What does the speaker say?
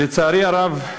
לצערי הרב,